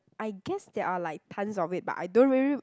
I guess there are like tons of it but I don't really